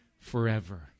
forever